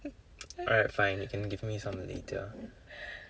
alright fine you can give me some later